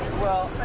well,